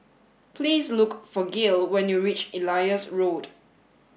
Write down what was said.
please look for Gil when you reach Elias Road